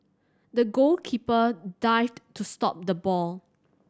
the goalkeeper dived to stop the ball